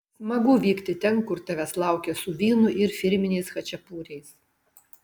smagu vykti ten kur tavęs laukia su vynu ir firminiais chačiapuriais